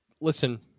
listen